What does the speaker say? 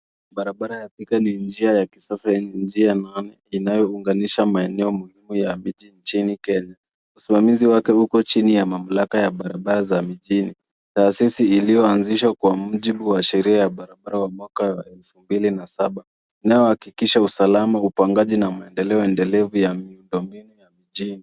Barabara ya Thika ni njia ya kisasa enye njia nane inaounganisha maeneo muhimu ya miji injini Kenya. Usimamizi wake uko jini ya mamlaka ya barabara za mijini tahasisi ulioanzisha kwa mjibu ya sheria ya barabara wa mwaka wa 2007, unahakikisha usalama, upangaji na maendeleo endelevu ya miundombinu ya mijini.